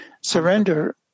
Surrender